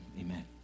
amen